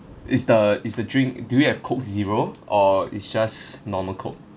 is the is the drink do you have coke zero or it's just normal coke